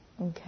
Okay